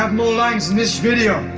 ah like this video